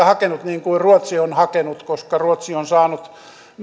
hakenut niin kuin ruotsi on hakenut koska ruotsi on saanut